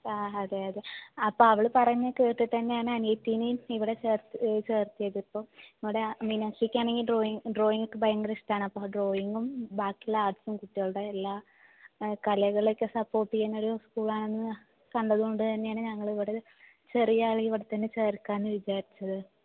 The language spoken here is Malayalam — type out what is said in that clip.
ആ അതെയതെ അപ്പോൾ അവൾ പറഞ്ഞത് കേട്ടിട്ട് തന്നെയാണ് അനിയത്തിയിനേയും ഇവിടെ ചേർത്ത് ചേർത്തത് ഇപ്പം അവിടെ മീനാക്ഷിക്ക് ആണെങ്കിൽ ഡ്രോയിങ്ങ് ഡ്രോയിങ്ങ് ഒക്കെ ഭയങ്കര ഇഷ്ടമാണ് അപ്പോൾ ആ ഡ്രോയിങ്ങും ബാക്കിയുള്ള ആർട്സും കുട്ടികളുടെ എല്ലാ കലകളൊക്കെ സപ്പോർട്ട് ചെയ്യുന്ന ഒരു സ്കൂളാണെന്ന് കണ്ടതുകൊണ്ട് തന്നെയാണ് ഞങ്ങൾ ഇവിടെ ചെറിയ ആളെയും ഇവിടെത്തന്നെ ചേർക്കാം എന്ന് വിചാരിച്ചത്